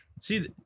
see